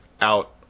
out